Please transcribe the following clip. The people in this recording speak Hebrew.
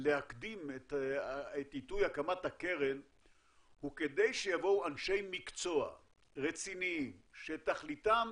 להקדים את עיתוי הקמת הקרן הוא כדי שיבואו אנשי מקצוע רציניים שתכליתם